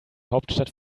hauptstadt